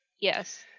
Yes